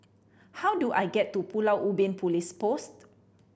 how do I get to Pulau Ubin Police Post